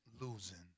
losing